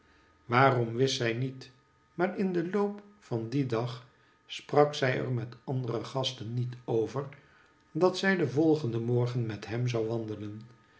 waarom wist zij niet maar in den loop van dien dag sprak zij er met de andere gasten niet over dat zij den volgenden morgen met hem zou wandelen